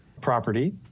property